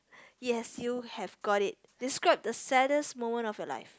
yes you have got it describe the saddest moment of your life